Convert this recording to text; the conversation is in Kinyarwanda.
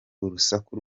urusaku